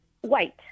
White